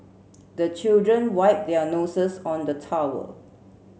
the children wipe their noses on the towel